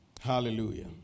Hallelujah